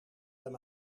hem